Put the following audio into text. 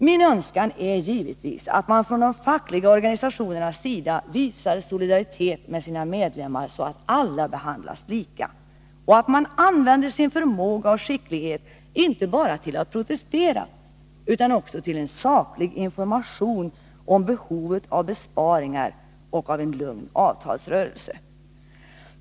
Min önskan är givetvis att man från de fackliga organisationerna visar solidaritet med sina medlemmar, så att alla behandlas lika, och att man använder sin förmåga och skicklighet inte bara till att protestera utan också till att sakligt informera om behovet av besparingar och av en lugn avtalsrörelse.